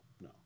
No